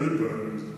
אין לי בעיה עם זה.